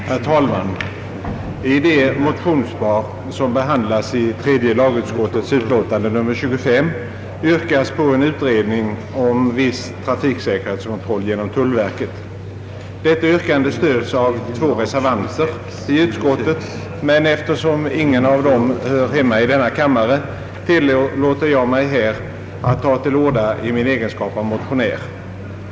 Herr talman! I det motionspar som behandlas i tredje lagutskottets utlåtande nr 25 yrkas på en utredning om viss trafiksäkerhetsKontroll genom tullverket. Detta yrkande stöds av två reservanter i utskottet, men eftersom ingen av dem hör hemma i denna kammare tillåter jag mig att här ta till orda i min egenskap av motionär.